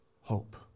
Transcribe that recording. hope